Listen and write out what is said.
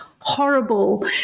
horrible